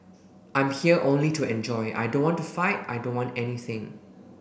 I'm here only to enjoy I don't want to fight I don't want anything